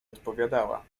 odpowiadała